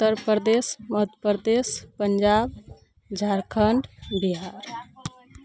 Uttar Pradesh Madhya Pradesh Punjab Jharkhand Bihar